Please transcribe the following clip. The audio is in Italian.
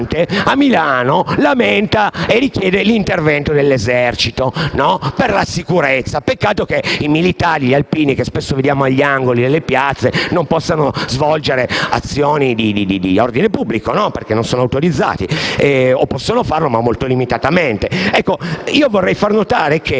- Sala si lamenta e chiede l'intervento dell'esercito per garantire la sicurezza. Peccato che i militari e gli alpini, che spesso vediamo agli angoli delle piazze, non possano garantire l'ordine pubblico, perché non sono autorizzati, o possono farlo ma molto limitatamente. Ora, vorrei far notare che